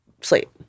sleep